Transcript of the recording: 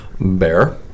bear